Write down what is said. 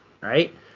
right